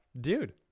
dude